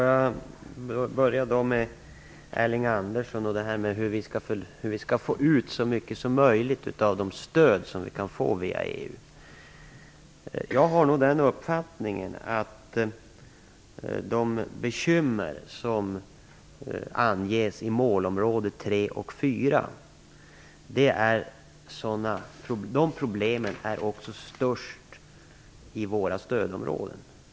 Fru talman! Låt mig börja med hur vi skall vi få ut så mycket som möjligt av de stöd vi kan få via EU. Jag har den uppfattningen att de bekymmer som anges i målområde 3 och 4 också är störst i våra stödområden.